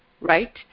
right